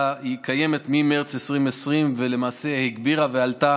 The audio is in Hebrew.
היא קיימת ממרץ 2020 ולמעשה הגבירה ועלתה